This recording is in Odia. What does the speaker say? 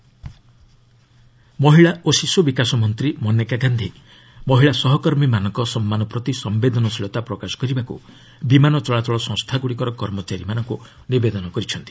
ମନେକା ଏୟାରଲାଇନ୍ସ୍ ମହିଳା ଓ ଶିଶୁ ବିକାଶ ମନ୍ତ୍ରୀ ମନେକା ଗାନ୍ଧି ମହିଳା ସହକର୍ମୀମାନଙ୍କ ସମ୍ମାନ ପ୍ରତି ସମ୍ଭେଦନଶୀଳତା ପ୍ରକାଶ କରିବାକୁ ବିମାନ ଚଳାଚଳ ସଂସ୍ଥାଗୁଡ଼ିକର କର୍ମଚାରୀମାନଙ୍କୁ ନିବେଦନ କରିଛନ୍ତି